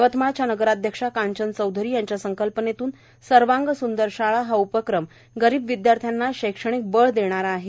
यवतमाळच्या नगराध्यक्षा कांचन चौधरी यांच्या संकल्पनेतून सर्वांग सुंदर शाळा हा उपक्रम गरीब विद्यार्थ्यांना शैक्षणिक बळ देणारा आहे